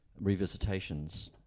revisitations